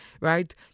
right